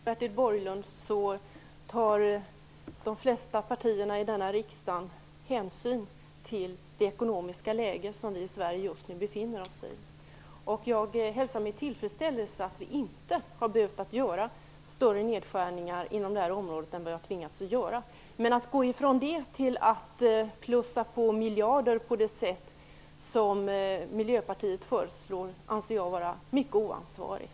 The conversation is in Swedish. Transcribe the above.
Fru talman! Jag skall begränsa mig även i detta replikskifte genom att säga att till skillnad från Bertil Borglund tar de flesta partier i denna riksdag hänsyn till det ekonomiska läge som vi i Sverige just nu befinner oss i. Jag hälsar med tillfredsställelse att vi inte har behövt göra större nedskärningar inom detta område än vad vi har tvingats göra. Men att gå ifrån det till att plussa på miljarder på det sätt som Miljöpartiet föreslår, anser jag vara mycket oansvarigt.